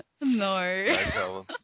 No